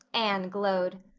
anne glowed.